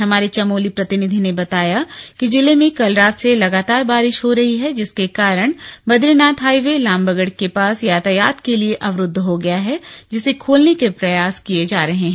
हमारे चमोली प्रतिनिधि ने बताया कि जिले में कल रात से लगातार बारिश हो रही है जिसके कारण बदरीनाथ हाईवे लामबगड़ के पास यातायात के लिए अवरूद्व हो गया है जिसे खोलने के प्रयास किए जा रहे हैं